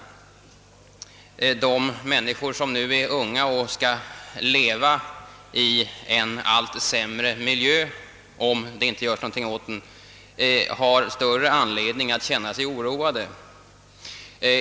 De människor, som nu är unga och som skall leva i en allt sämre miljö, om det inte görs någonting åt den, har större anledning än de äldre att känna sig oroade.